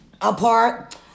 Apart